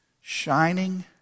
Shining